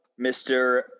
Mr